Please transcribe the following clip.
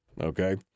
Okay